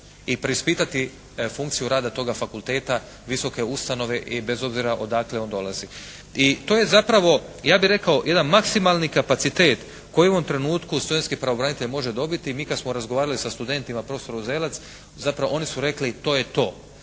i preispitati funkciju rada toga fakulteta, visoke ustanove i bez obzira odakle on dolazi. I to je zapravo ja bih rekao jedan maksimalni kapacitet koji u ovom trenutku studentski pravobranitelj može dobiti. Mi kad smo razgovarali sa studentima, profesor Uzelac, zapravo oni su rekli to je to.